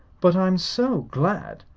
but i'm so glad!